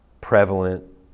prevalent